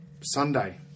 Sunday